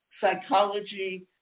psychology